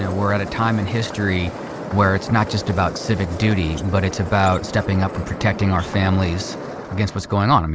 ah we're at a time in history where it's not just about civic duty, but it's about stepping up and protecting our families against what's going on.